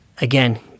again